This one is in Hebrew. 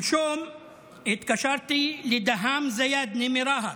שלשום התקשרתי לדהאם זיאדנה מרהט,